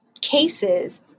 cases